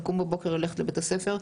לקום בבוקר וללכת לבית הספר.